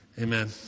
Amen